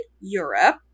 Europe